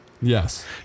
Yes